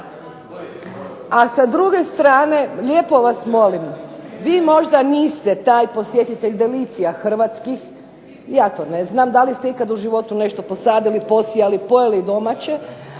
A sa druge strane, lijepo vas molim, vi možda niste taj posjetitelj delicija hrvatskih, ja to ne znam. Da li ste ikad u životu nešto posadili, posijali, pojeli domaće,